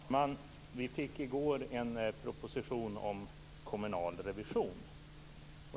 Fru talman! Vi fick i går en proposition om kommunal revision.